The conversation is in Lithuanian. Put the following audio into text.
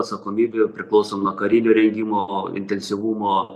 atsakomybė priklauso nuo karinio rengimo intensyvumo